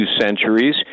centuries